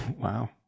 Wow